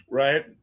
right